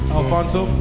Alfonso